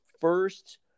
first